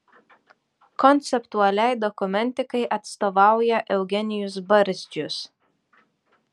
konceptualiai dokumentikai atstovauja eugenijus barzdžius